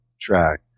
track